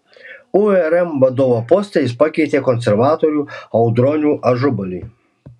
urm vadovo poste jis pakeitė konservatorių audronių ažubalį